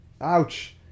Ouch